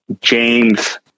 James